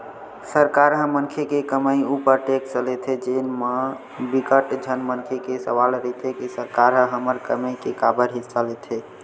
सरकार ह मनखे के कमई उपर टेक्स लेथे जेन म बिकट झन मनखे के सवाल रहिथे के सरकार ह हमर कमई के काबर हिस्सा लेथे